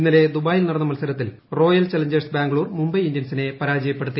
ഇന്നലെ ദുബായിൽ നടന്ന മത്സരത്തിൽ റോയൽ ചലഞ്ചേഴ്സ് ബാംഗ്ലൂർ മുംബൈ ഇന്ത്യൻസിനെ പരാജയപ്പെടുത്തി